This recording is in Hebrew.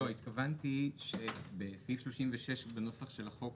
התכוונתי שבסעיף 36, בנוסח של החוק